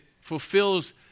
fulfills